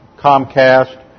Comcast